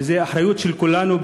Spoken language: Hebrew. זאת אחריות של כולנו.